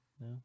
no